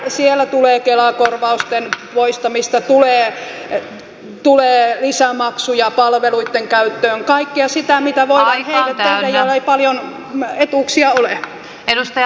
siellä tulee kela korvausten poistamista tulee lisämaksuja palveluitten käyttöön kaikkea sitä mitä voidaan tehdä niille joilla ei paljon etuuksia ole